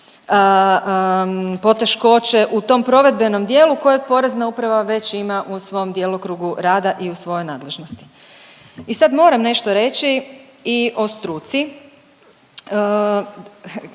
poteškoće u tom provedbenom dijelu kojeg Porezna uprava već ima u svom djelokrugu rada i u svojoj nadležnosti. I sad moram nešto reći i o struci.